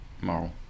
moral